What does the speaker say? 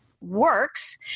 works